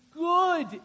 Good